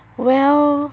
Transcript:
well